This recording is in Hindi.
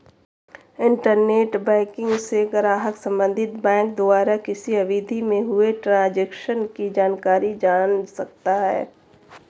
इंटरनेट बैंकिंग से ग्राहक संबंधित बैंक द्वारा किसी अवधि में हुए ट्रांजेक्शन की जानकारी जान सकता है